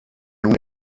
nun